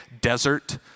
desert